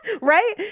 Right